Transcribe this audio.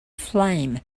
flame